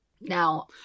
Now